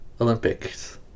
Olympics